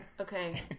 Okay